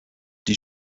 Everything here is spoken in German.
die